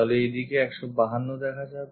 তাহলে এইদিকে 152 দেখা যাবে